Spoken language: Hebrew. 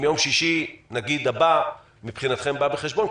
אם יום שישי נגיד הבא מבחינתכם בא בחשבון,